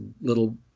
little